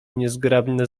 niezgrabne